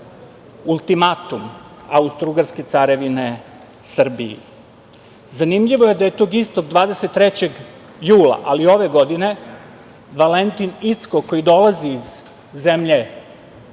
ultimatum Austro-ugarske carevine, Srbiji. Zanimljivo je da je tog istog 23. jula, ali ove godine, Valentin Incko, koji dolazi iz zemlje